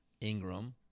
Ingram